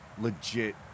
Legit